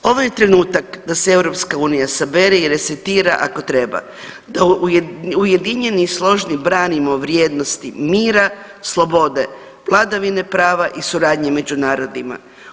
Ovo je trenutak da se EU sabere i resetira kako treba, da ujedinjeni i složni branimo vrijednosti mira, slobode, vladavine prava i suradnje među narodima.